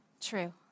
true